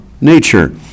nature